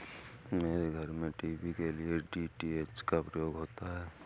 मेरे घर में टीवी के लिए डी.टी.एच का प्रयोग होता है